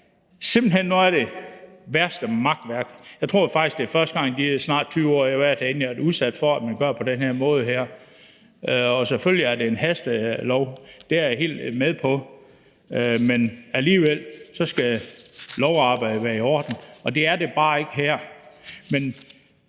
simpelt hen noget af det værste makværk. Jeg tror faktisk, det er første gang i de snart 20 år, jeg har været herinde, jeg har været udsat for, at man gør det på den her måde. Selvfølgelig er det en hastelovgivning, det er jeg helt med på, men alligevel skal lovarbejdet være i orden, og det er det bare ikke her.